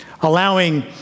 Allowing